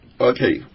okay